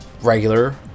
regular